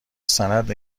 سند